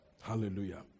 Hallelujah